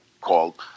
called